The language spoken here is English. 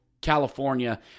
California